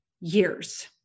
years